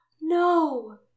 No